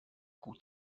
gut